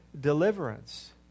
deliverance